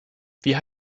wie